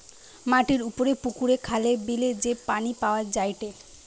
মাটির উপরে পুকুরে, খালে, বিলে যে পানি পাওয়া যায়টে